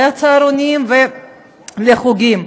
לצהרונים ולחוגים,